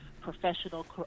professional